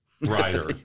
writer